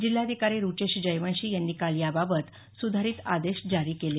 जिल्हाधिकारी रुचेश जयवंशी यांनी काल याबाबत सुधारित आदेश जारी केले